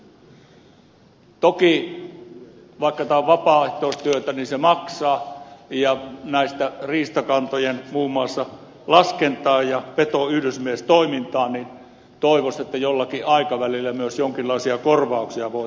toki vaikka tämä on vapaaehtoistyötä se maksaa ja muun muassa riistakantojen laskennassa ja petoyhdysmiestoiminnassa toivoisi että jollakin aikavälillä myös jonkinlaisia korvauksia voitaisiin saada